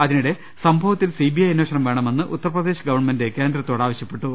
അതിനിടെ സംഭവത്തിൽ സിബിഐ അന്വേഷണം വേണമെന്ന് ഉത്തർപ്രദേശ് ഗവൺമെന്റ് കേന്ദ്രത്തോട് ആവശൃപ്പെട്ടു